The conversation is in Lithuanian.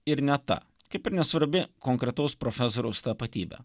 ir ne ta kaip ir nesvarbi konkretaus profesoriaus tapatybė